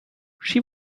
she